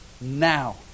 now